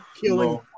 killing